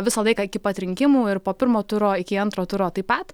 visą laiką iki pat rinkimų ir po pirmo turo iki antro turo taip pat